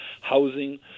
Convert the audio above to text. housing